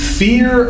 fear